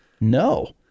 No